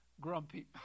Grumpy